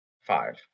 Five